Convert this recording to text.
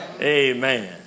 Amen